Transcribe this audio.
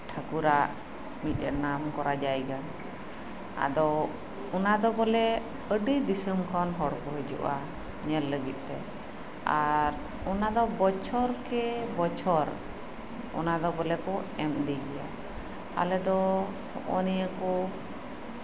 ᱴᱷᱟᱹᱠᱩᱨᱟᱜ ᱢᱤᱫᱴᱮᱱ ᱱᱟᱢᱠᱚᱨᱟ ᱡᱟᱭᱜᱟ ᱟᱫᱚ ᱚᱱᱟ ᱫᱚ ᱵᱚᱞᱮ ᱟᱹᱰᱤ ᱫᱤᱥᱚᱢ ᱠᱷᱚᱱ ᱦᱚᱲ ᱠᱚ ᱦᱤᱡᱩᱜᱼᱟ ᱧᱮᱞ ᱞᱟᱹᱜᱤᱫᱛᱮ ᱚᱱᱟ ᱫᱚ ᱵᱚᱪᱷᱚᱨ ᱠᱮ ᱵᱚᱪᱷᱚᱨ ᱚᱱᱟ ᱫᱚ ᱵᱚᱞᱮ ᱠᱚ ᱮᱢ ᱤᱫᱤ ᱜᱮᱭᱟ